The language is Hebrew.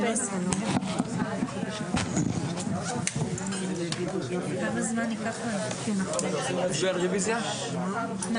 (הישיבה נפסקה בשעה 16:50 ונתחדשה בשעה 17:01.) 2. הצעת תקנות הספורט (חיוב בתעודת הסמכה)(תיקון מס' 2),